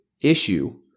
issue